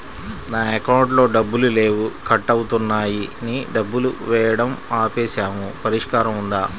నా అకౌంట్లో డబ్బులు లేవు కట్ అవుతున్నాయని డబ్బులు వేయటం ఆపేసాము పరిష్కారం ఉందా?